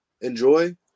Enjoy